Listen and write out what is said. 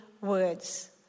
words